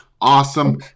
awesome